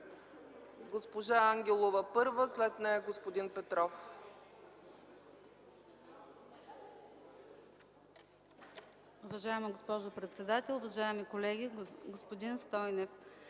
Госпожа Ангелова, първа, след нея – господин Петров.